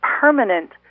permanent